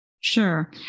Sure